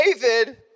David